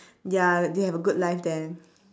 ya they have a good life there